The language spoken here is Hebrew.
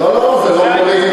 עניינכם, 1.7, זה מה שיש.